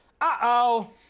Uh-oh